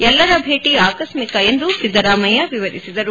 ಎಲ್ಲರ ಭೇಟಿ ಆಕಸಿಕ ಎಂದು ಸಿದ್ದರಾಮಯ್ಯ ವಿವರಿಸಿದರು